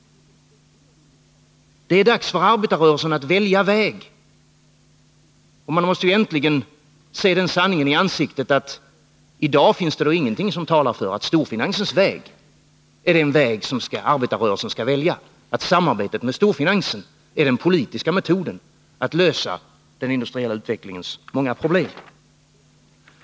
Det är dags för arbetarrörelsen att välja väg. Man måste äntligen se den sanningen i ögonen att det i dag inte finns någonting som talar för att storfinansens väg är den väg som arbetarrörelsen skall välja eller att samarbetet med storfinansen är den politiska metoden att lösa den industriella utvecklingens många problem.